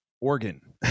organ